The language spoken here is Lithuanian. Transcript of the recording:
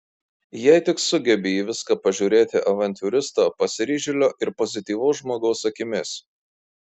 jei tik sugebi į viską pažiūrėti avantiūristo pasiryžėlio ir pozityvaus žmogaus akimis